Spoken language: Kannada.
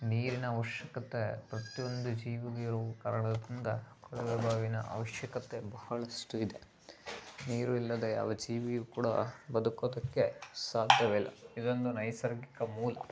ನೀರಿನ ಅವಶ್ಯಕತೆ ಪ್ರತಿ ಒಂದು ಜೀವಿಗೂ ಇರೋ ಕಾರಣದಿಂದ ಕೊಳವೆ ಬಾವಿನ ಅವಶ್ಯಕತೆ ಬಹಳಷ್ಟು ಇದೆ ನೀರು ಇಲ್ಲದೆ ಯಾವ ಜೀವಿಯೂ ಕೂಡ ಬದುಕೋದಕ್ಕೆ ಸಾಧ್ಯವೇ ಇಲ್ಲ ಇದೊಂದು ನೈಸರ್ಗಿಕ ಮೂಲ